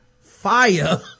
fire